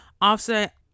Offset